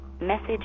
Message